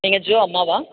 நீங்கள் ஜோ அம்மாவா